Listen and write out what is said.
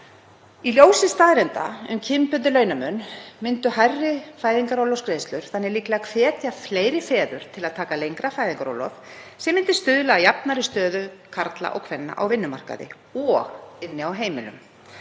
Í ljósi staðreynda um kynbundinn launamun myndu hærri fæðingarorlofsgreiðslur líklega hvetja fleiri feður til að taka lengra fæðingarorlof sem myndi stuðla að jafnari stöðu karla og kvenna á vinnumarkaði og inni á heimilum